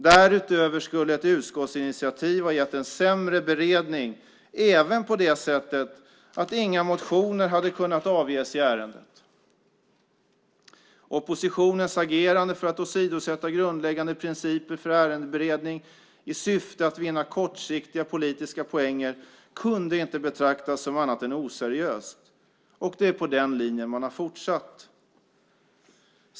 Därutöver skulle ett utskottsinitiativ ha gett en sämre beredning, även på det sättet att inga motioner hade kunnat avges i ärendet. Oppositionens agerande för att åsidosätta grundläggande principer för ärendeberedning i syfte att vinna kortsiktiga politiska poänger kunde inte betraktas som annat än oseriöst, och det är på den linjen man har fortsatt.